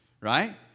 right